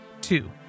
Two